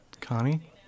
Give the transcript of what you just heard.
Connie